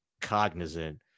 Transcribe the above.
cognizant